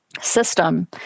system